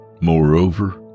Moreover